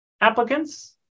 applicants